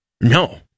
No